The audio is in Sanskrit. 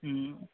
ह्म्